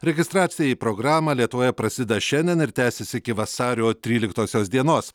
registracija į programą lietuvoje prasideda šiandien ir tęsis iki vasario tryliktosios dienos